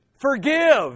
forgive